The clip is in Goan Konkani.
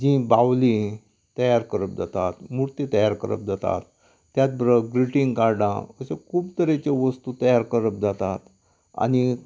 जी बावलीं तयार करप जातात मुर्ती तयार करप जातात त्याच बरोबर ग्रिंटिंग कार्डां अश्यो खूब तरेच्यो वस्तू तयार करप जातात आनीक